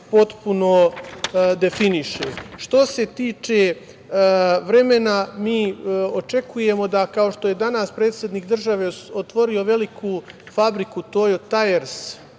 potpuno definiše. Što se tiče vremena mi očekujemo da, kao što je danas predsednik države otvorio veliku fabriku „Tojo tajers“